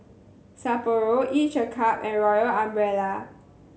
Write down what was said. Sapporo Each a Cup and Royal Umbrella